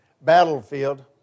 battlefield